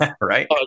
right